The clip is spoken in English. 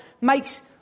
makes